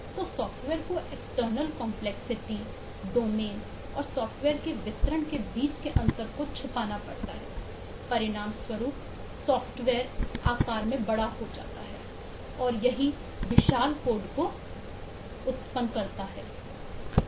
तो सॉफ्टवेयर को external complexity domain और सॉफ्टवेयर के वितरण के बीच के अंतर को छुपाना पड़ता है परिणाम स्वरूप सॉफ्टवेयर आकार में बड़ा हो जाता है और यही विशाल कोड का आधार बनता है